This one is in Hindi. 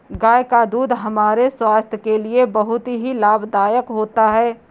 गाय का दूध हमारे स्वास्थ्य के लिए बहुत ही लाभदायक होता है